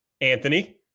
Anthony